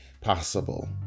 possible